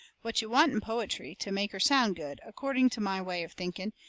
what you want in poetry to make her sound good, according to my way of thinking,